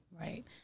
right